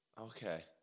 Okay